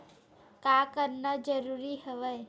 का करना जरूरी हवय?